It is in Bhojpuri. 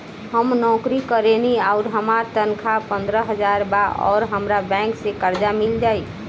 हम नौकरी करेनी आउर हमार तनख़ाह पंद्रह हज़ार बा और हमरा बैंक से कर्जा मिल जायी?